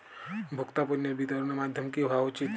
ভোক্তা পণ্যের বিতরণের মাধ্যম কী হওয়া উচিৎ?